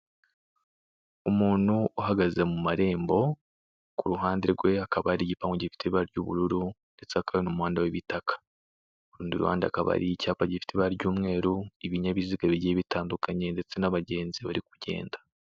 Umuntu uhagaze mu marembo, ku ruhande rwe hakaba hari igipangu gifite ibara ry'ubururu ndetse hakaba n'umuhanda w'ibitaka. Ku rundi ruhande hakaba hari icyapa gifite ibara ry'umweru, ibinyabiziga bigiye bitandukanye ndetse n'abagenzi bari kugenda.